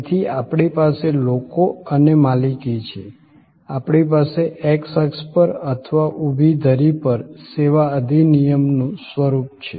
તેથી આપણી પાસે લોકો અને માલિકી છે આપણી પાસે x અક્ષ પર અથવા ઊભી ધરી પર સેવા અધિનિયમનું સ્વરૂપ છે